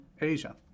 Asia